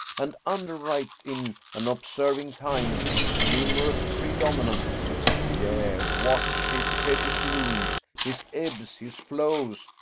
and underwrite in an observing kind his humorous predominance yea, watch his pettish lunes, his ebbs, his flows,